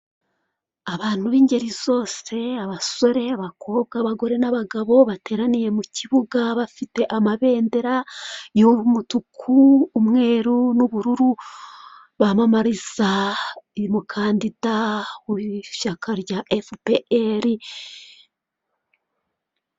Abantu b'ingeri zose abasore, abakobwa, abagore n'abagabo, bateraniye mukibuga bafite amabendera, y'umutuku, umweru n'ubururu, bamamariza uyu mukandida w'ishyaka rya efu pe eri.